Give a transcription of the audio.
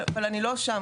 אבל אני לא שם,